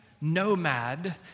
nomad